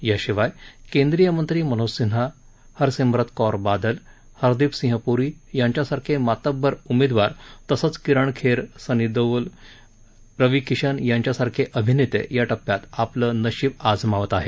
याशिवाय केंद्रिय मंत्री मनोज सिन्हा हरसिम्रत कौर बादल हरदीप सिंह पूरी यांच्यासारखे मातब्बर उमेदवार तसंच किरण खेर सनी देवल रवी किशन यांच्यासारखे अभिनेते या टप्प्यात आपलं नशिब आजमावत आहेत